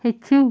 ہیٚچھِو